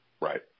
Right